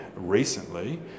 recently